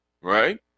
right